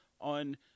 on